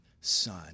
son